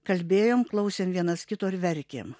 kalbėjom klausėm vienas kito ir verkėm